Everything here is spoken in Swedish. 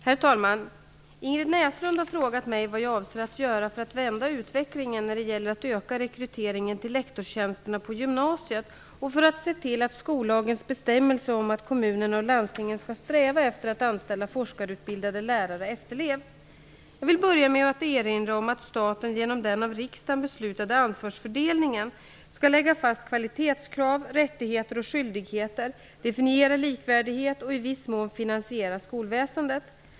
Herr talman! Ingrid Näslund har frågat mig vad jag avser att göra för att vända utvecklingen när det gäller att öka rekryteringen till lektorstjänsterna på gymnasiet, och för att se till att skollagens bestämmelser om att kommunerna och landstingen skall sträva efter att anställa forskarutbildade lärare efterlevs. Jag vill börja med att erinra om att staten genom den av riksdagen beslutade ansvarsfördelningen skall lägga fast kvalitetskrav, rättigheter och skyldigheter, definiera likvärdighet och i viss mån finansiera skolväsendet.